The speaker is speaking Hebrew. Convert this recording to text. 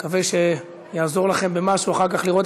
אני מקווה שיעזור לכם במשהו אחר כך לראות